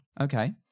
Okay